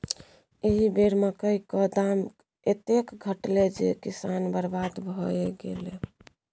एहि बेर मकई क दाम एतेक घटलै जे किसान बरबाद भए गेलै